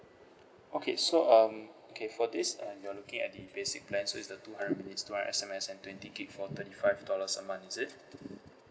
okay so um okay for this um you're looking at the basic plan so it's the two hundred minutes two hundred S_M_S and twenty gig for thirty five dollars a month is it